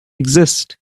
exist